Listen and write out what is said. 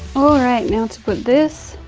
all right now to put this,